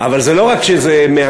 אבל זה לא רק שזה מעטים,